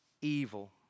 evil